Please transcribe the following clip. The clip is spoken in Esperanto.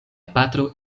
patro